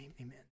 Amen